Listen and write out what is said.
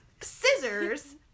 scissors